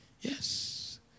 Yes